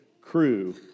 crew